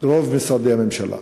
רוב משרדי הממשלה.